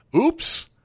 oops